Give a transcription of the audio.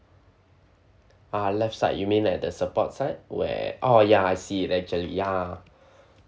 ah left side you mean at the support side where oh ya I see it actually ya